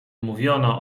mówiono